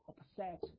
upset